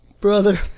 Brother